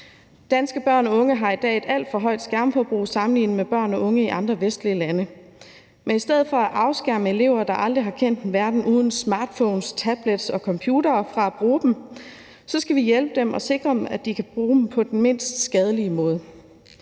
Danske børn og unge har i dag et alt for højt skærmforbrug sammenlignet med børn og unge i andre vestlige lande, men i stedet for at afskærme elever, der aldrig har kendt en verden uden smartphones, tablets og computere, fra at bruge dem skal vi hjælpe dem og sikre, at de kan bruge dem på den mindst skadelige måde.